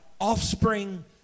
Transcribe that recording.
offspring